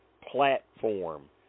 platform